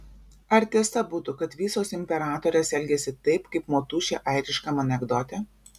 ar tiesa būtų kad visos imperatorės elgiasi taip kaip motušė airiškam anekdote